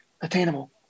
attainable